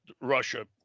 Russia